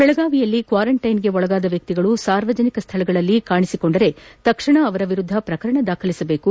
ಬೆಳಗಾವಿಯಲ್ಲಿ ಕ್ವಾರಂಟೈನ್ಗೆ ಒಳಗಾದ ವ್ಯಕ್ತಿಗಳು ಸಾರ್ವಜನಿಕ ಸ್ಥಳಗಳಲ್ಲಿ ಕಾಣಿಸಿಕೊಂಡರೆ ತಕ್ಷಣ ಅವರ ವಿರುದ್ದ ಪ್ರಕರಣ ದಾಖಲಿಸಬೇಕು